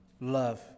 love